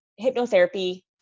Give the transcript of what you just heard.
hypnotherapy